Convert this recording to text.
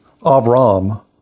Avram